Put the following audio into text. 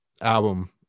album